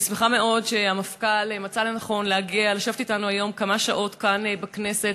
אני שמחה מאוד שהמפכ"ל מצא לנכון לשבת אתנו היום כמה שעות כאן בכנסת,